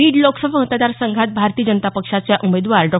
बीड लोकसभा मतदार संघात भारतीय जनता पक्षाच्या उमेदवार डॉ